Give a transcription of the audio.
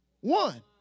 one